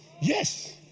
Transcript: Yes